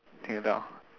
听得到